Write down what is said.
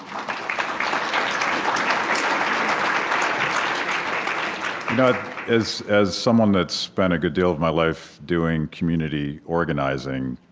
um as as someone that's spent a good deal of my life doing community organizing,